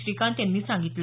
श्रीकांत यांनी सांगितलं